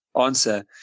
answer